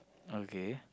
okay